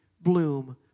bloom